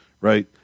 Right